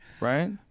right